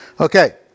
Okay